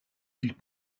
ils